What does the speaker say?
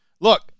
look